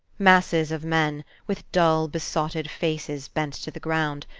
masses of men, with dull, besotted faces bent to the ground,